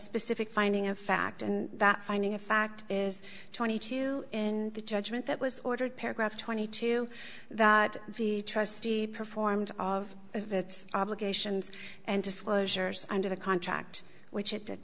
specific finding of fact and that finding a fact is twenty two in the judgment that was ordered paragraph twenty two that the trustee performed of of its obligations and disclosures under the contract which it